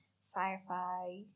sci-fi